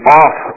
off